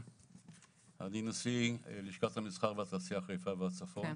אני נשיא לשכת המסחר והתעשייה חיפה והצפון.